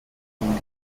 ihnen